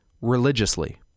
religiously